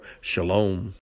Shalom